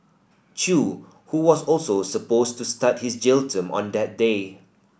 Chew who was also supposed to start his jail term on that day